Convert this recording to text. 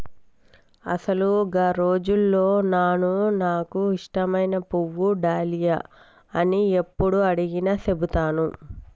అసలు గా రోజుల్లో నాను నాకు ఇష్టమైన పువ్వు డాలియా అని యప్పుడు అడిగినా సెబుతాను